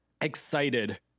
excited